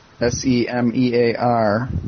S-E-M-E-A-R